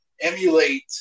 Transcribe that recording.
emulate